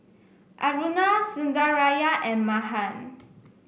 Aruna Sundaraiah and Mahan